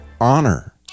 honor